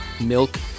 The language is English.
milk